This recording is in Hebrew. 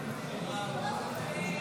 נגד.